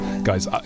Guys